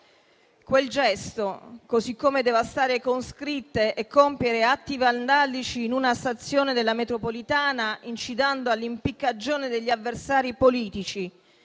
Quel gesto, così come devastare con scritte e compiere atti vandalici in una stazione della metropolitana incitando all'impiccagione degli avversari politici,